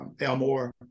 Elmore